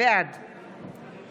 בעד